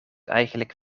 eigenlijk